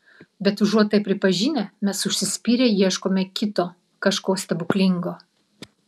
bet užuot tai pripažinę mes užsispyrę ieškome kito kažko stebuklingo